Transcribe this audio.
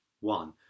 one